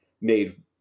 made